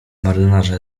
marynarza